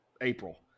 April